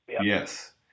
Yes